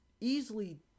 easily